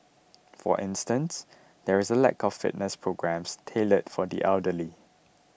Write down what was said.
for instance there is a lack of fitness programmes tailored for the elderly